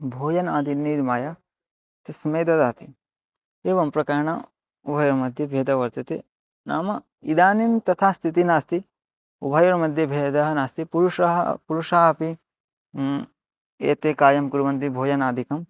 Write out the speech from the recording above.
भोजनादि निर्माय तस्मै ददाति एवं प्रकारेण वयमतिभेदः वर्तते नाम इदानीं तथा स्थितिः नास्ति वयः मध्ये भेदः नास्ति पुरुषाः पुरुषाः अपि एते कार्यं कुर्वन्ति भोजनादिकं